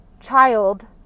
child